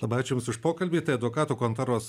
labai ačiū jums už pokalbį tai advokatų kontoros